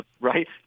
right